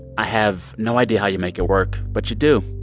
i have no idea how you make it work, but you do.